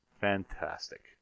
Fantastic